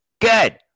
Good